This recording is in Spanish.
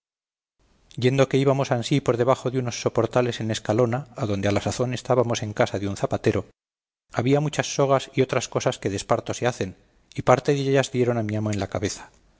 yendo que íbamos ansí por debajo de unos soportales en escalona adonde a la sazón estábamos en casa de un zapatero había muchas sogas y otras cosas que de esparto se hacen y parte dellas dieron a mi amo en la cabeza